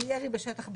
על ירי בשטח בנוי.